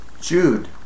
Jude